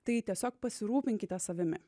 tai tiesiog pasirūpinkite savimi